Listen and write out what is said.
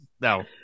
No